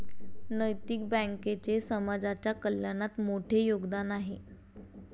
नैतिक बँकेचे समाजाच्या कल्याणात मोठे योगदान आहे